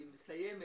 והיא מסיימת: